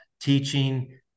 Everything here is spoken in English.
teaching